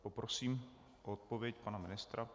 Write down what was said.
Poprosím o odpověď pana ministra.